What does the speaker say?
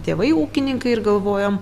tėvai ūkininkai ir galvojam